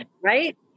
Right